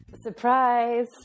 surprise